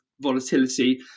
volatility